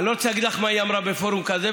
אני לא רוצה להגיד לך מה היא אמרה בפורום כזה,